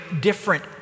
different